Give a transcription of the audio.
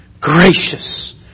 gracious